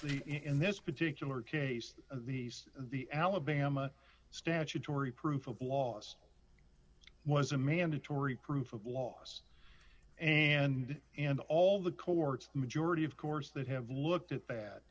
in this particular case at least the alabama statutory proof of laws was a mandatory proof of laws and and all the courts majority of course that have looked at